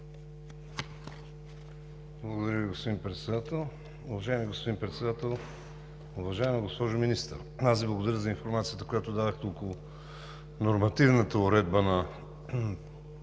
Благодаря Ви, господин Председател. Уважаеми господин Председател! Уважаема госпожо Министър, аз Ви благодаря за информацията, която дадохте за нормативната уредба на